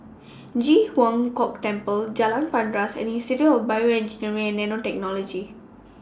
Ji Huang Kok Temple Jalan Paras and Institute of Bioengineering and Nanotechnology